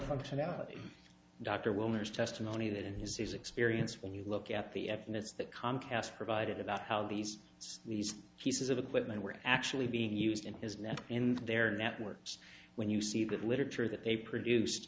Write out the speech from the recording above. functionality dr welner is testimony that in his experience when you look at the f and it's that comcast provided about how these these pieces of equipment were actually being used in his neck in their networks when you see that literature that they produce